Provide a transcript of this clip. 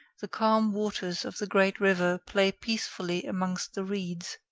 the calm waters of the great river play peacefully amongst the reeds,